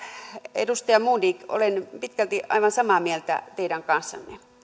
edustaja modig olen pitkälti aivan samaa mieltä teidän kanssanne